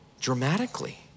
dramatically